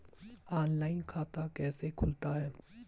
Online खाता कैसे खुलता है?